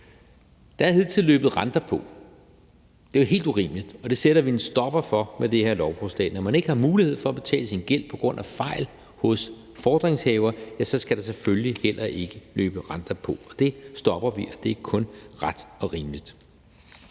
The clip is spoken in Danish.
ikke få lov til at betale sin gæld. Det er jo helt urimeligt, og det sætter vi en stopper for med det her lovforslag. Når man ikke har mulighed for at betale sin gæld på grund af fejl hos fordringshaver, skal der selvfølgelig heller ikke løbe renter på. Det stopper vi, og det er kun ret og rimeligt.